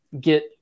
get –